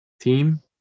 team